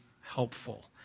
helpful